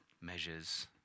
measures